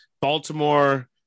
Baltimore